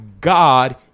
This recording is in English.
God